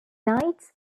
knights